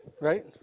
Right